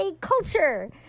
culture